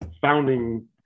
founding